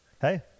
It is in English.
Hey